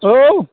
औ